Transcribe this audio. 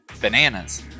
Bananas